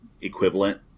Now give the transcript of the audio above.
equivalent